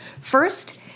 First